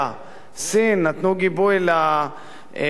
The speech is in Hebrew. נתנו גיבוי לעמדה הסורית,